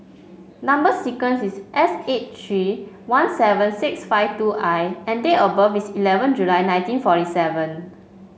number sequence is S eight three one seven six five two I and date of birth is eleven July nineteen forty seven